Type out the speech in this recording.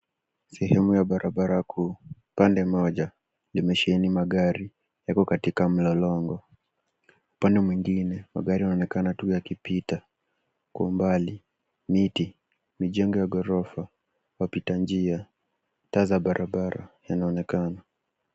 Sehemu ya barabara kuu. Upande moja ni masheni ya gari yako katika mlolongo. Pande mwingine magari yanaonekana tu yakipita. Kwa umbali mtii, majengo ya ghorofa, wapitanjia, taa za barabara yanaonekana.